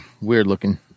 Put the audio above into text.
weird-looking